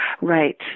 Right